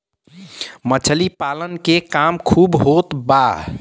मछली पालन के काम खूब होत बा